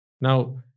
Now